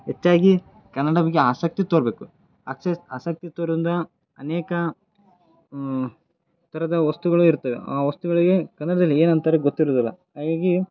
ಹೆಚ್ಚಾಗಿ ಕನ್ನಡ ಬಗ್ಗೆ ಆಸಕ್ತಿ ತೋರಬೇಕು ಅಕ್ಶಸ್ ಆಸಕ್ತಿ ತೋರಿಂದ ಅನೇಕ ಥರದ ವಸ್ತುಗಳು ಇರ್ತವೆ ಆ ವಸ್ತುಗಳಿಗೆ ಕನ್ನಡದಲ್ಲಿ ಏನಂತಾರೆ ಗೊತ್ತಿರುವುದಿಲ್ಲ ಹಾಗಾಗಿ